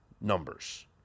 numbers